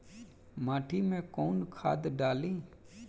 माटी में कोउन खाद डाली?